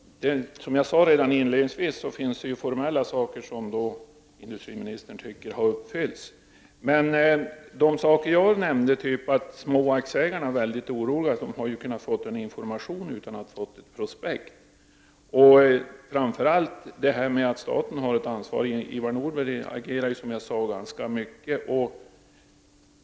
Herr talman! Som jag sade i mitt inledningsanförande anser industriministern att vissa formella förutsättningar har uppfyllts. Jag nämnde t.ex. att de små aktieägarna är mycket oroliga. De hade ju kunnat få information utan att ha fått ett prospekt. Staten har ju formellt ett ansvar. Ivar Nordberg agerade ganska mycket i den här saken.